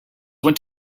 went